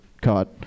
caught